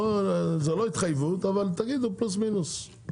זה לא התחייבות אבל תגידו, פלוס, מינוס.